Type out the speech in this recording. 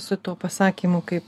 su tuo pasakymu kaip